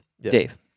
Dave